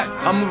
I'ma